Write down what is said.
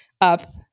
up